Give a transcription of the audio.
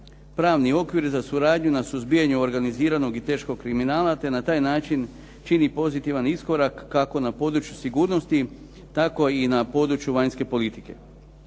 pravni okvir za suradnju na suzbijanju organiziranog i teškog kriminala te na taj način čini pozitivan iskorak kako na području sigurnosti, tako i na području vanjske politike